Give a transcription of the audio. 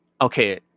okay